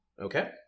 Okay